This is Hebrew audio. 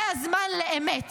זה הזמן לאמת.